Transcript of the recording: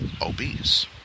obese